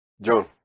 John